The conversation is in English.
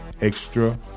Extra